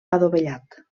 adovellat